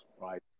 right